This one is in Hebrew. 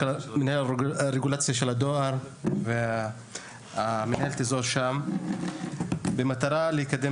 מנהל הרגולציה של הדואר ומנהלת האזור שם במטרה לקדם